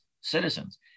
citizens